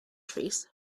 trees